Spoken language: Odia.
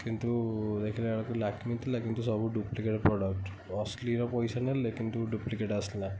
କିନ୍ତୁ ଦେଖିଲା ବେଳକୁ ଲାକ୍ମି ଥିଲା କିନ୍ତୁ ସବୁ ଡୁପ୍ଲିକେଟ୍ ପ୍ରଡ଼କ୍ଟ୍ ଅସଲିର ପଇସା ନେଲେ କିନ୍ତୁ ଡୁପ୍ଲିକେଟ୍ ଆସିଲା